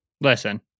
Listen